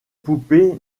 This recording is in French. poupées